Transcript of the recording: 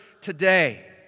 today